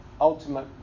ultimate